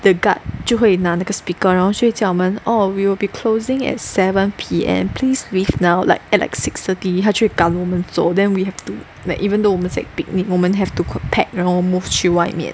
the guard 就会拿那个 speaker 然后就会叫我们 oh we will be closing at seven P_M please leave now like and like six fifty 他就会赶我们走 then we have to like even though 我们在 picnic 我们 have to pack then move 去外面